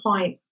point